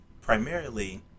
Primarily